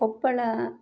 Koppal